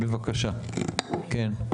בבקשה כן.